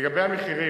לגבי המחירים,